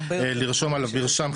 לרשום עליו מרשם,